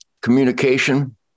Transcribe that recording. communication